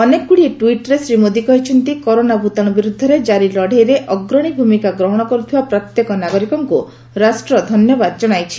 ଅନେକଗ୍ରଡ଼ିଏ ଟ୍ଟିଟ୍ରେ ଶ୍ୱୀ ମୋଦି କହିଛନ୍ତି କରୋନା ଭତାଣ୍ର ବିରୃଦ୍ଧରେ ଜାରି ଲଢ଼େଇରେ ଅଗ୍ରଣୀ ଭୂମିକା ଗହଣ କରିଥିବା ପ୍ରତ୍ୟେକ ନାଗରିକଙ୍କ ରାଷ୍ଟ ଧନ୍ୟବାଦ ଜଣାଇଛି